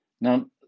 Now